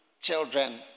children